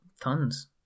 Tons